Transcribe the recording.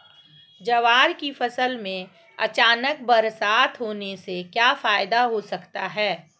ज्वार की फसल में अचानक बरसात होने से क्या फायदा हो सकता है?